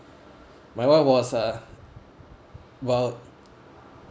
my wife was uh about